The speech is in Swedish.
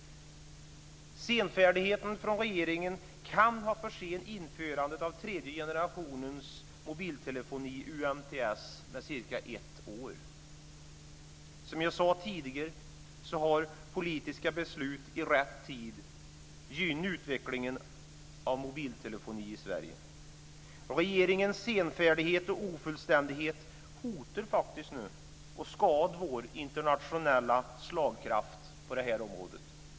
Senfärdigheten från regeringen kan ha försenat införandet av tredje generationens mobiltelefoni, UMTS, med cirka ett år. Som jag sade tidigare har politiska beslut i rätt tid gynnat utvecklingen av mobiltelefoni i Sverige. Regeringens senfärdighet och ofullständighet hotar nu att skada vår internationella slagkraft på området.